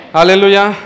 Hallelujah